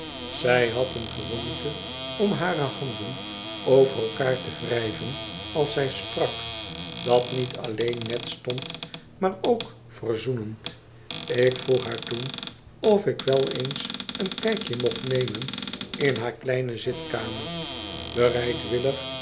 zij had een gewoonte om hare handen over elkaar te wrijven als zij sprak dat niet alleen net stond maar ook verzoenend ik vroeg haar toen of ik wel eens een kijkje mocht nemen in haar kleine zitkamer bereidwillig